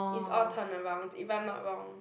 it's all turnaround if I'm not wrong